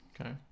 Okay